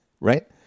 Right